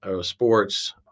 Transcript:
sports